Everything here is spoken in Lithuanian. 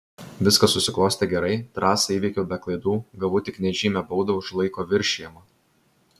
viskas susiklostė gerai trasą įveikiau be klaidų gavau tik nežymią baudą už laiko viršijimą